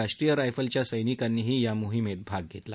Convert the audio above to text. राष्ट्रीय रायफलच्या सैनिकांनीही या मोहिमेत भाग घेतला